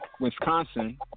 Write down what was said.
Wisconsin